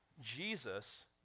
Jesus